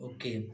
Okay